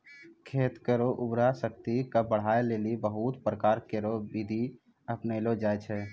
खेत केरो उर्वरा शक्ति क बढ़ाय लेलि बहुत प्रकारो केरो बिधि अपनैलो जाय छै